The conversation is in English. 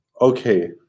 Okay